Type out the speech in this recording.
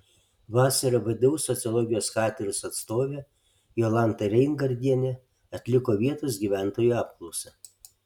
vasarą vdu sociologijos katedros atstovė jolanta reingardienė atliko vietos gyventojų apklausą